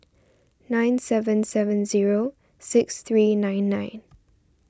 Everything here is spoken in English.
nine seven seven zero six three nine nine